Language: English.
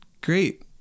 great